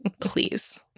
please